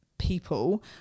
people